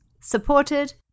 supported